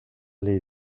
les